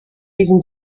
listen